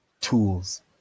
tools